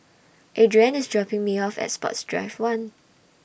Adriane IS dropping Me off At Sports Drive one